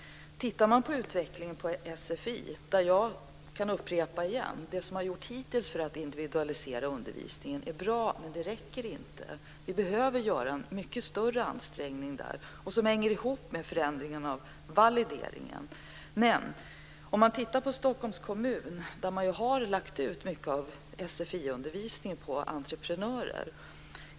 Vi kan titta på utvecklingen vad det gäller sfi. Jag kan upprepa att det som har gjorts hittills för att individualisera undervisningen är bra, men det räcker inte. Vi behöver göra mycket större ansträngningar. Det hänger ihop med förändringen av validieringen. I Stockholms kommun har man lagt ut mycket av sfi-undervisningen på entreprenörer.